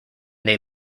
they